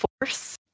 force